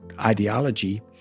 ideology